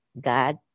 God